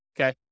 Okay